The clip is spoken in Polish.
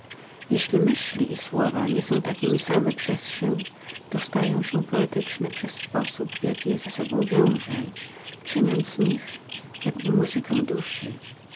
jeśli myśli i słowa nie są takimi same przez się to stają się poetyczne przez sposób w jaki je ze sobą wiążę czyniąc z nich jakby muzykę duszy